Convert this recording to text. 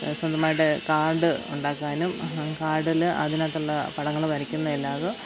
സ്വന്തമായിട്ട് കാർഡ് ഉണ്ടാക്കാനും കാർഡിൽ അതിനകത്തുള്ള പടങ്ങൾ വരയ്ക്കുന്ന എല്ലായിതും